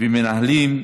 בלי מתנגדים,